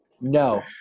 No